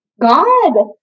God